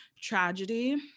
tragedy